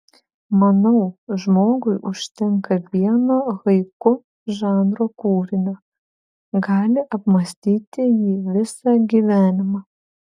manau žmogui užtenka vieno haiku žanro kūrinio gali apmąstyti jį visą gyvenimą